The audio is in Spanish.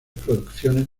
producciones